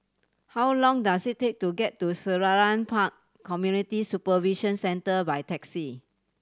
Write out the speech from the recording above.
how long does it take to get to Selarang Park Community Supervision Centre by taxi